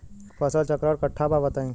फसल चक्रण कट्ठा बा बताई?